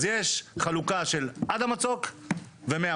אז יש חלוקה של עד המצוק ומהמצוק.